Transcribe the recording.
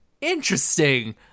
interesting